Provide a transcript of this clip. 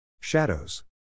Shadows